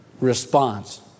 response